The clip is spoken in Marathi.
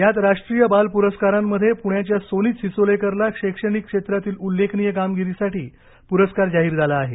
यात राष्ट्रीय बाल पुरस्कारांमध्ये पुण्याच्या सोनित सिसोलेकरला शैक्षणिक क्षेत्रातील उल्लेखनीय कामगिरीसाठी पुरस्कार जाहीर झाला आहे